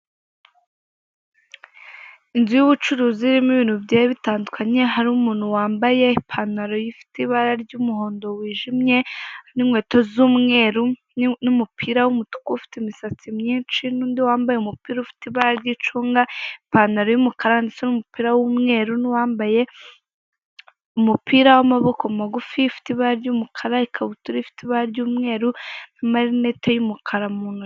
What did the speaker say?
inzu y'ubucuruzi irimo ibintu bigiye bitandukanye, hari umuntu wambaye ipantaro ifite ibara ry'umuhondo wijimye n'inkweto z'umweru n'umupira w'umutuku ufite imisatsi myinshi n'undi wambaye umupira ufite ibara ry'icunga, ipantaro y'umukara ndetse n'umupira w'umweru n'uwambaye umupira w'amaboko magufi ufite ibara ry'umukara ikabutura ifite ibara ry'umweru n'amarinete y'umukara mu ntoki.